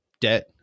debt